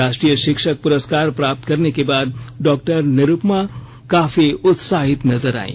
राष्ट्रीय शिक्षक पुरस्कार प्राप्त करने के बाद डॉ निरूपमा काफी उत्साहित नजर आयी